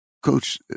coach